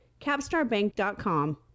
CapstarBank.com